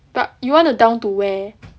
but you want to down to where